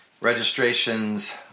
registrations